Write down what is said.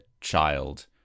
child